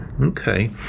Okay